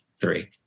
three